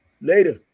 Later